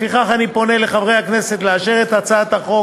ולפיכך אני פונה אל חברי הכנסת לאשר את הצעת החוק